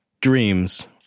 dreams